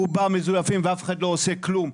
רובם מזויפים ואף אחד לא עושה כלום,